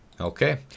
Okay